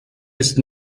ist